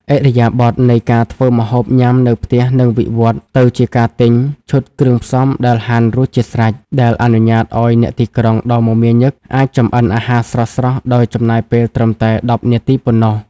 ឥរិយាបថនៃការធ្វើម្ហូបញ៉ាំនៅផ្ទះនឹងវិវត្តទៅជាការទិញ "ឈុតគ្រឿងផ្សំដែលហាន់រួចជាស្រេច" ដែលអនុញ្ញាតឱ្យអ្នកទីក្រុងដ៏មមាញឹកអាចចម្អិនអាហារស្រស់ៗដោយចំណាយពេលត្រឹមតែ ១០ នាទីប៉ុណ្ណោះ។